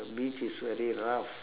the beach is very rough